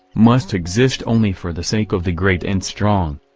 must exist only for the sake of the great and strong?